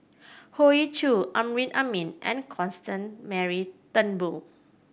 Hoey Choo Amrin Amin and Constance Mary Turnbull